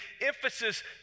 emphasis